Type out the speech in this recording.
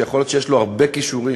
שיכול להיות שיש לו הרבה כישורים,